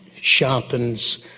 sharpens